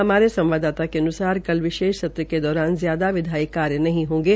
हमारे संवाददाता के अन्सार कल विशेष सत्र के दौरान ज्यादा विधायी कार्य नहीं होंगे